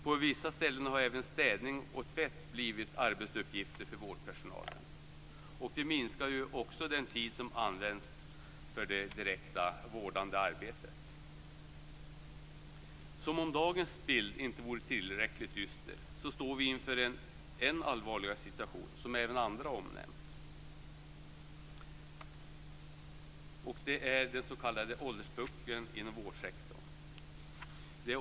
På vissa ställen har även städning och tvätt blivit arbetsuppgifter för vårdpersonalen. Det minskar ju också en den tid som används för det direkta vårdande arbetet. Som om dagens bild inte vore tillräckligt dyster står vi inför en än allvarligare situation, som även andra har omnämnt. Det är den s.k. ålderspuckeln inom vårdsektorn.